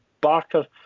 Barker